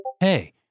Hey